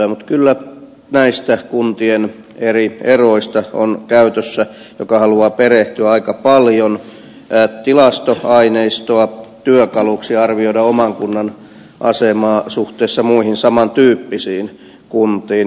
mutta kyllä näistä kuntien eroista on käytössä sille joka haluaa perehtyä aika paljon tilastoaineistoa työkaluksi arvioida oman kunnan asemaa suhteessa muihin saman tyyppisiin kuntiin